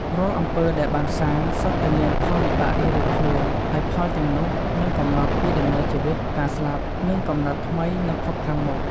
រាល់អំពើដែលបានសាង សុទ្ធតែមានផលវិបាករៀងៗខ្លួន ហើយផលទាំងនោះនឹងកំណត់ពីដំណើរជីវិត ការស្លាប់ និងកំណើតថ្មីនៅភពខាងមុខ។